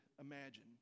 imagine